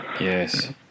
Yes